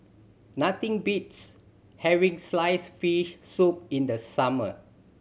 nothing beats having slice fish soup in the summer